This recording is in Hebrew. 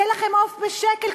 יהיה לכם עוף בשקל,